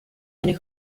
eine